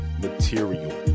material